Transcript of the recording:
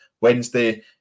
Wednesday